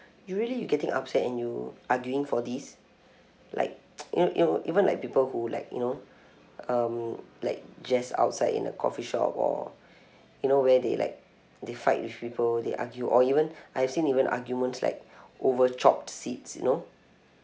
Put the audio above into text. you really you getting upset and you arguing for this like you know you know even like people who like you know um like just outside in a coffee shop or you know where they like they fight with people they argue or even I've seen even arguments like over choped seats you know